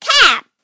Cap